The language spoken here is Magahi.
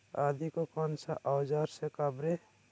आदि को कौन सा औजार से काबरे?